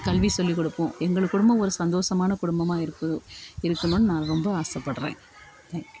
கல்வி சொல்லிக் கொடுப்போம் எங்கள் குடும்பம் ஒரு சந்தோஷமான குடும்பமாக இருக்குது இருக்கணும்னு நான் ரொம்ப ஆசைப்பட்றேன் தேங்க்யூ